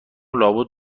لابد